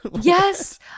yes